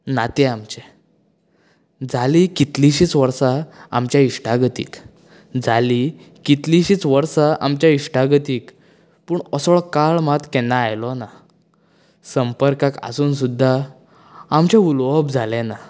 नातें आमचें जालीं कितलींशींच वर्सां आमचें इश्टागतीक जालीं कितलींशींच वर्सां आमचें इश्टागतीक पूण असलो काळ मात केन्ना आयलो ना संपर्कांत आसून सुद्दां आमचें उलोवप जालें ना